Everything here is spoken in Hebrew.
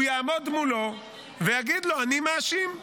הוא יעמוד מולו ויגיד לו: אני מאשים.